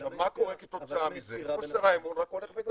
אבל למה יש סתירה בין הדברים?